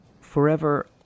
forever